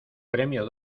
premio